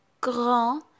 grand